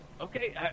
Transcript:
Okay